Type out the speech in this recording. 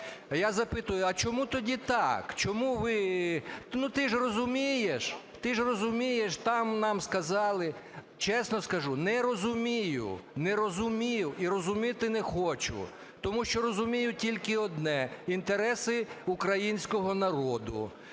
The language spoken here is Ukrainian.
Я запитую: а чому тоді так? Чому ви… Ну, ти ж розумієш, ти розумієш, там нам сказали… Чесно скажу, не розумію. Не розумію і розуміти не хочу. Тому що розумію тільки одне - інтереси українського народу.